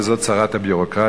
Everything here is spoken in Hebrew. וזאת צרת הביורוקרטיה.